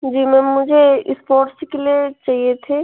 जी ma'am मुझे sports के लिए चाहिए थे